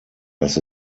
dass